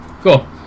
Cool